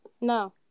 no